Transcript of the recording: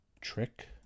Trick